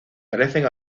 parecen